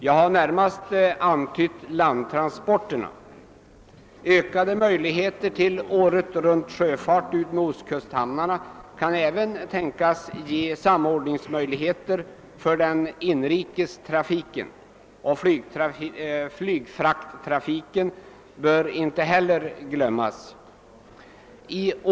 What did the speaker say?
Jag har närmast antytt landtransporterna. Ökade möjligheter till året runtsjöfart utmed ostkusthamnarna kan även tänkas ge samordningsmöjligheter för den inrikes trafiken. Flygfrakttrafiken bör heller inte glömmas bort i sammanhanget.